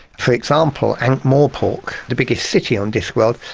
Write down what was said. for example ankh-morpork, the biggest city on discworld,